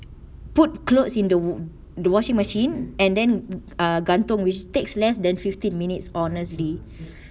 put clothes in the wa~ the washing machine and then err gantung which takes less than fifteen minutes honestly